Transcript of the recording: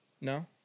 No